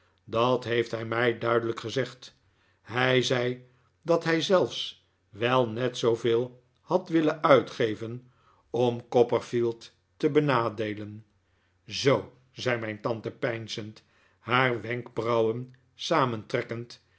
dat heeft hij mij duidelijk gezegd hij zei dat hij zelfs wel net zooveel had willen uitgeven om copperfield te benadeelen zoo zei mijn tante peinzend haar wenkbrauwen